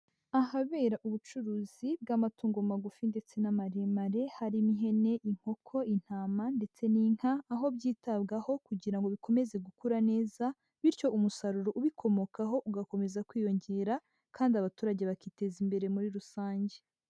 Ahabera ubucuruzi bw'amatungo magufi ndetse n'amaremare, harimo: ihene, inkoko, intama ndetse n'inka. Aho byitabwaho kugira ngo bikomeze gukura neza, bityo umusaruro ubikomokaho ugakomeza kwiyongera, kandi abaturage bakiteza imbere muri rusange.